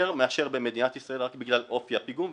יותר מאשר במדינת ישראל רק בגלל אופי הפיגום,